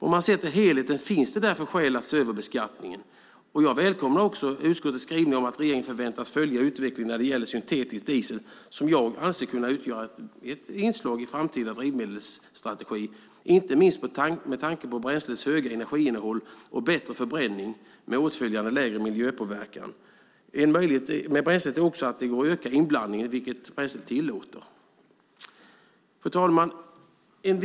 Om man ser till helheten finns det därför skäl att se över beskattningen. Jag välkomnar också utskottets skrivningar om att regeringen förväntas följa utvecklingen när det gäller syntetisk diesel, som jag anser kan utgöra ett inslag i framtida drivmedelsstrategi, inte minst med tanke på bränslets höga energiinnehåll och bättre förbränning med åtföljande lägre miljöpåverkan. En möjlighet med bränslet är också att det går att öka inblandningen, vilket bränslet tillåter. Fru talman!